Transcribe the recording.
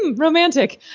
romantic.